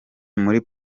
muri